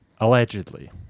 allegedly